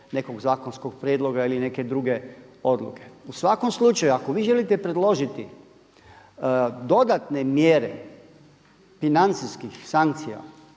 nekog zakonskog prijedloga ili neke druge odluke. U svakom slučaju, ako vi želite predložiti dodatne mjere financijskih sankcija